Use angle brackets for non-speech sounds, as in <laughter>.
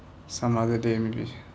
some other day maybe <breath>